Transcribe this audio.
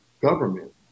government